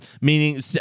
meaning